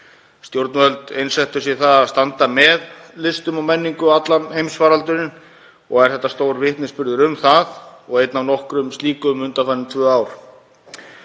Stjórnvöld einsettu sér að standa með listum og menningu allan heimsfaraldurinn og er þetta skýr vitnisburður um það og einn af nokkrum slíkum undanfarin tvö ár.